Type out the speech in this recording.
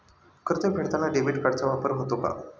कर्ज फेडताना डेबिट कार्डचा वापर होतो का?